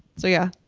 so yeah,